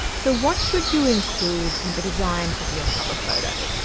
so what should you include in the design of your cover photo?